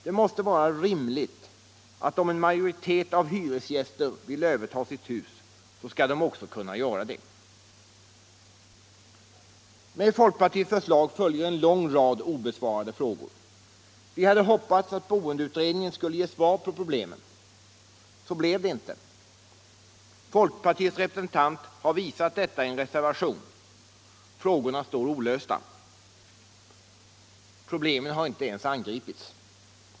Det måste vara rimligt att om en majoritet av hyresgäster vill överta sitt hus, skall de också kunna göra det. Med folkpartiets förslag följer en lång rad obesvarade frågor. Vi hade hoppats att boendeutredningen skulle ge svar på problemen. Så blev det inte. Folkpartiets representant har visat detta i en reservation. Frågorna står olösta. Problemen har inte ens angripits.